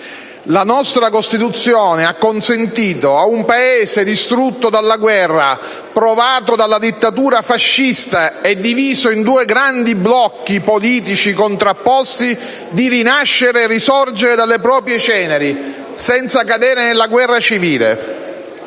La nostra Costituzione ha consentito ad un Paese distrutto dalla guerra, provato dalla dittatura fascista e diviso in due grandi blocchi politici contrapposti di rinascere e risorgere dalle proprie ceneri senza cadere nella guerra civile.